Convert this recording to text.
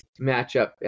matchup